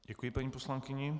Děkuji paní poslankyni.